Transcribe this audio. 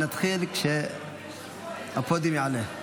נתחיל כשהפודיום יעלה.